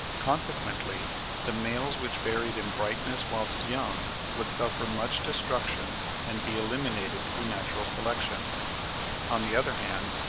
consequently the males which varied in brightness whilst young would suffer much destruction and be eliminated through natural selection on the other hand,